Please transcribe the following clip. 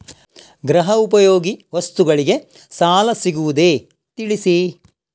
ಗೃಹ ಉಪಯೋಗಿ ವಸ್ತುಗಳಿಗೆ ಸಾಲ ಸಿಗುವುದೇ ತಿಳಿಸಿ?